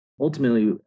Ultimately